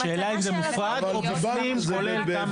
השאלה אם זה מפורד או בפנים כולל --- אבל